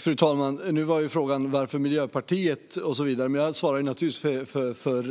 Fru talman! Nu ställdes frågan till Miljöpartiet. Men jag svarar naturligtvis för